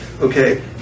okay